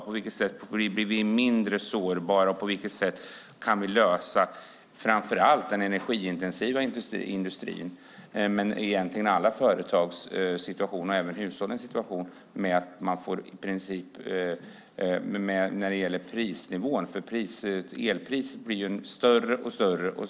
På vilket sätt blir vi mindre sårbara, och på vilket sätt kan vi lösa framför allt den energiintensiva industrins problem? Det gäller egentligen situationen för alla företag och även hushållen, och det handlar om prisnivån. Elpriset blir ju en större och större fråga.